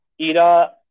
Ira